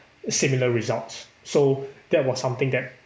a similar result so that was something that